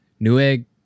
Newegg